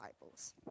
Bibles